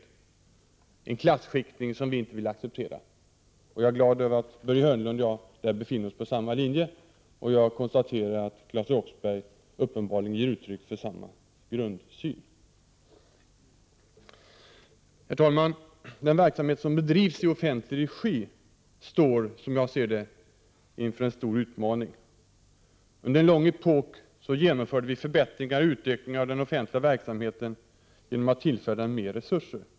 En sådan klasskiktning vill vi inte acceptera. Jag är glad över att Börje Hörnlund och jag där befinner oss på samma linje, och jag konstaterar att Claes Roxbergh uppenbarligen ger uttryck för samma grundsyn. Herr talman! Den verksamhet som bedrivs i offentlig regi står, som jag ser det, inför en stor utmaning. Under en lång epok genomförde vi förbättringar och utökningar av den offentliga verksamheten genom att tillföra mer resurser.